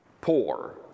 poor